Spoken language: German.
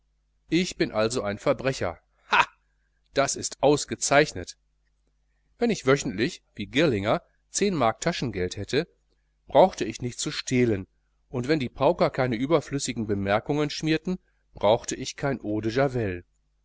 ich bin also ein verbrecher ha das ist ausgezeichnet wenn ich wöchentlich wie girlinger mark taschengeld hätte brauchte ich nicht zu stehlen und wenn die pauker keine überflüssigen bemerkungen schmierten brauchte ich kein eau de